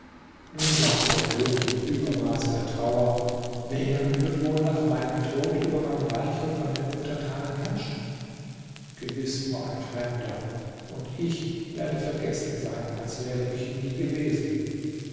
nun dachte der könig im übermaße der trauer wer wird wohl nach meinem tod über mein reich und meine untertanen herrschen gewiß nur ein fremder und ich werde vergessen sein als wäre ich nie gewesen